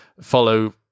follow